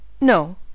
No